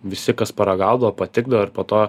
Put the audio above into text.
visi kas paragaudavo patikdavo ir po to